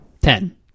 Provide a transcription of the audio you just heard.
Ten